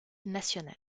national